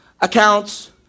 accounts